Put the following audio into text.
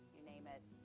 you name it,